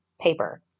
paper